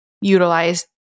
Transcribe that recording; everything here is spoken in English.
utilize